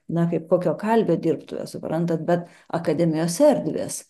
na kaip kokio kalvio dirbtuvės suprantate bet akademijos erdvės